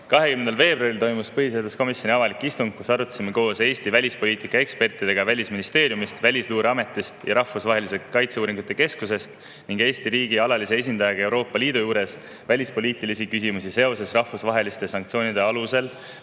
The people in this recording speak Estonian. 20. veebruaril toimus põhiseaduskomisjoni avalik istung, kus me arutasime koos Eesti välispoliitika ekspertidega Välisministeeriumist, Välisluureametist ja Rahvusvahelisest Kaitseuuringute Keskusest ning Eesti riigi alalise esindajaga Euroopa Liidu juures välispoliitilisi küsimusi seoses [plaaniga] kasutada rahvusvaheliste sanktsioonide alusel